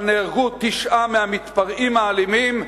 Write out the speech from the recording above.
אבל נהרגו תשעה מהמתפרעים האלימים,